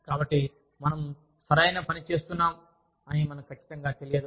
కాబట్టి మనం సరైన పని చేస్తున్నాం అని మనకు ఖచ్చితంగా తెలియదు